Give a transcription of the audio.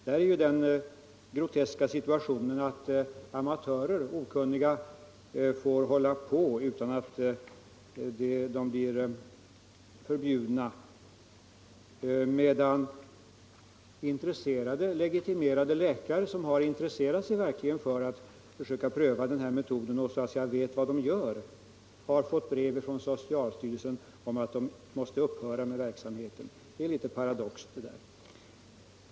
Där har vi den groteska situationen att okunniga amatörer får bedriva verksamheten utan att de blir förbjudna, medan intresserade legitimerade läkare som vill pröva metoden och verkligen vet vad de gör får brev från socialstyrelsen om att de måste upphöra med verksamheten. Det är en aning paradoxalt.